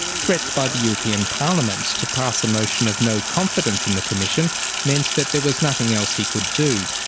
threats by the european parliament to pass a motion of no confidence in the commission meant that there was nothing else he could do.